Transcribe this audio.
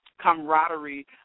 camaraderie